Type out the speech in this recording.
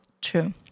True